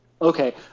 okay